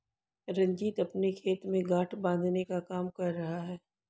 रंजीत अपने खेत में गांठ बांधने का काम कर रहा है